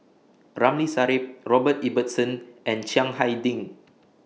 Ramli Sarip Robert Ibbetson and Chiang Hai Ding